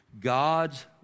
God's